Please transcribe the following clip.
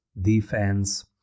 defense